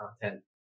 content